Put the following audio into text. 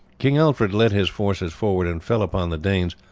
king alfred led his forces forward and fell upon the danes,